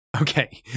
Okay